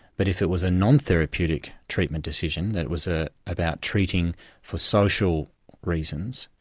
but if it was a non-therapeutic treatment decision, that it was ah about treating for social reasons,